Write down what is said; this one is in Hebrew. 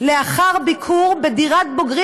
לאחר ביקור בדירת בוגרים,